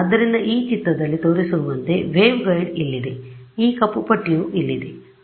ಆದ್ದರಿಂದ ಈ ಚಿತ್ರದಲ್ಲಿ ತೋರಿಸಿರುವಂತೆ ವೇವ್ಗೈಡ್ ಇಲ್ಲಿದೆ ಈ ಕಪ್ಪು ಪಟ್ಟಿಯು ಇಲ್ಲಿದೆ